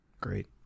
Great